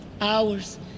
hours